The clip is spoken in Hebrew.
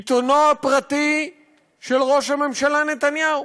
עיתונו הפרטי של ראש הממשלה נתניהו.